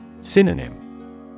Synonym